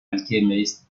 alchemist